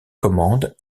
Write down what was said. commande